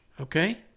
okay